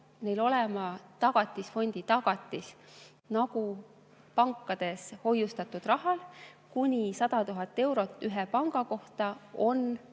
neil olema Tagatisfondi tagatis, nagu pankades hoiustatud rahal on kuni 100 000 eurot ühe panga kohta